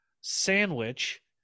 sandwich